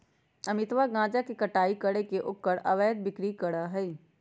अमितवा गांजा के कटाई करके ओकर अवैध बिक्री करा हई